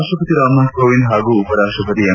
ರಾಷ್ಟಪತಿ ರಾಮನಾಥ್ ಕೋವಿಂದ್ ಹಾಗೂ ಉಪರಾಷ್ಟಪತಿ ಎಂ